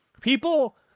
People